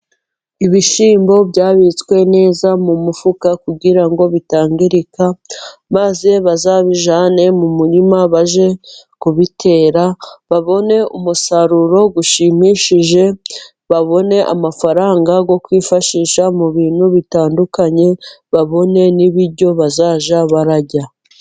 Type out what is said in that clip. Ibishimbo byabitswe neza mu mufuka kugira ngo bitangirika maze bazabijyane mu murima bajye kubitera babone umusaruro ushimishije, babone amafaranga yo kwifashisha mu bintu bitandukanye, babone n'ibiryo bazajya bajya.